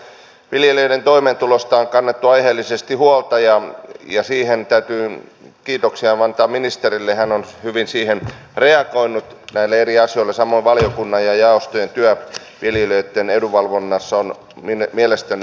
viljelijöiden toimeentulosta on kannettu aiheellisesti huolta ja siitä täytyy kiitoksia antaa ministerille hän on hyvin reagoinut näihin eri asioihin samoin valiokunnan ja jaostojen työ viljelijöitten edunvalvonnassa on mielestäni ollut hyvää